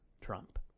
Trump